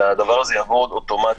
שהדבר הזה יעבוד אוטומטית.